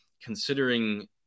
considering